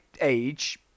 age